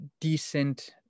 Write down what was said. decent